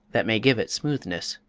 that may give it smoothness.